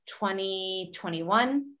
2021